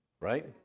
right